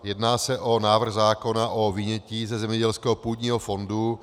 Jedná se o návrh zákona o vynětí ze zemědělského půdního fondu.